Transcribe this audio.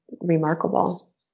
remarkable